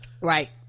Right